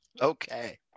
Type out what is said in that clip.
Okay